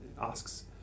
asks